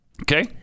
Okay